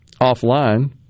offline